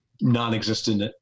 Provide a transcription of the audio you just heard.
non-existent